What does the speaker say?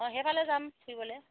অঁ সেইফালে যাম ফুৰিবলে